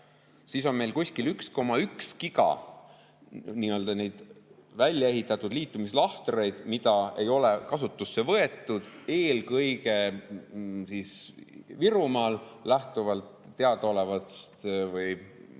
Meil on veel kuskil 1,1 gigavatti väljaehitatud liitumislahtreid, mida ei ole kasutusse võetud, eelkõige Virumaal, lähtuvalt teadaolevast või